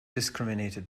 discriminated